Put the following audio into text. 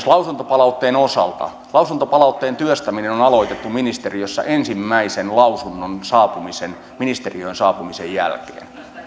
lausuntopalautteen osalta myös lausuntopalautteen työstäminen on on aloitettu ministeriössä ensimmäisen lausunnon ministeriöön saapumisen jälkeen